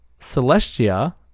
Celestia